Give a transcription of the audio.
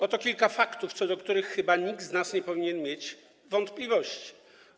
Oto kilka faktów, co do których chyba nikt z nas nie powinien mieć wątpliwości.